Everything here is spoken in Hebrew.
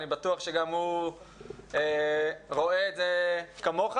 אני בטוח שגם הוא רואה את זה כמוך.